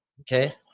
Okay